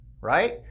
right